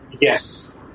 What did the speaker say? Yes